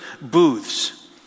Booths